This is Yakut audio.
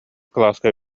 кылааска